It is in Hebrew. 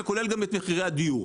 שכולל גם את מחירי הדיור.